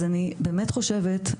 אז אני באמת חושבת,